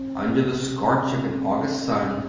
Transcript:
under the scorch of an august sun,